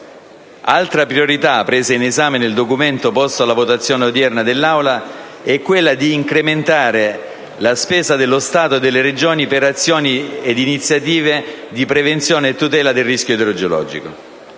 Altra priorità presa in esame dal documento posto alla votazione odierna dell'Aula è quella di incrementare la spesa dello Stato e delle Regioni per azioni ed iniziative di prevenzione e tutela del rischio idrogeologico.